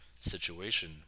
situation